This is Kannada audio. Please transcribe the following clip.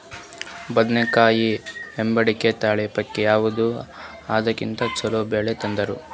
ಬದನೆಕಾಯಿ ಹೈಬ್ರಿಡ್ ತಳಿ ಪೈಕಿ ಯಾವದು ಹಾಕಿದರ ಚಲೋ ಬೆಳಿ ಬರತದ?